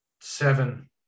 seven